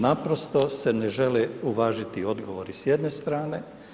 Naprosto se ne žele uvažiti odgovori s jedne strane.